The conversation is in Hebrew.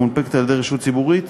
המונפקת על-ידי רשות ציבורית,